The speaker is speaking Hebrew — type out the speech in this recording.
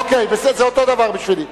אוקיי, בסדר, זה אותו דבר בשבילי.